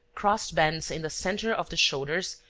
crossed bands in the centre of the shoulders,